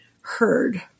heard